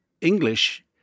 English